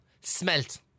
Smelt